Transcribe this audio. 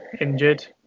injured